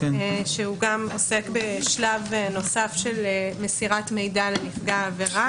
שהוא גם עוסק בשלב נוסף של מסירת מידע לנפגע עבירה.